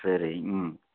சரி ம்